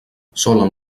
solen